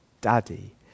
daddy